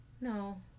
No